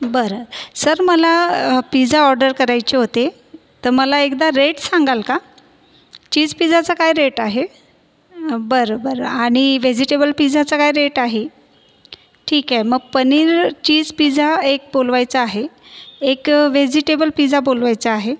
बरं सर मला pizza order करायचे होते त मला एकदा रेट सांगाल का चिज पिझाचा काय रेट आहे बरं बरं आणि व्हेजिटेबल पिझाचा काय रेट आहे ठिके मग पनीर चीज पिझा एक बोलवायचा आहे एक व्हेजिटेबल पिझा बोलवायचा आहे